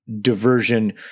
diversion